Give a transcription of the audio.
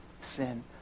sin